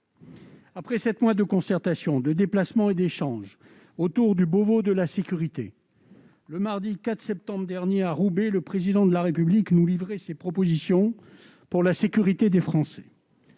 Après sept mois de concertation, de déplacements et d'échanges autour du Beauvau de la sécurité, le mardi 14 septembre dernier, à Roubaix, le Président de la République nous livrait ses propositions pour la sécurité des Français.